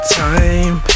time